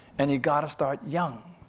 and you gotta start young.